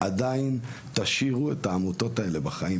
עדיין תשאירו את העמותות האלה בחיים,